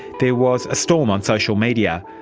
there was a storm on social media,